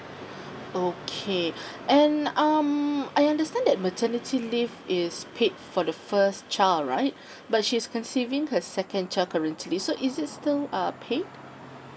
okay and um I understand that maternity leave is paid for the first child right but she's conceiving her second child currently so is it still err paid